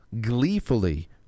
gleefully